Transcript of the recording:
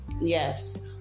yes